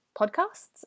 Podcasts